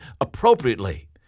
appropriately